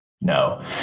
no